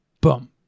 boom